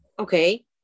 Okay